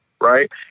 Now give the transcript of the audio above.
right